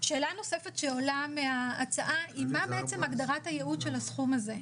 שאלה נוספת שעולה מההצעה היא מה בעצם הגדרת הייעוד של הסכום הזה,